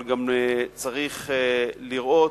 אבל גם צריך לראות,